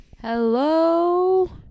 Hello